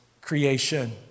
creation